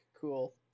Cool